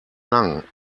lang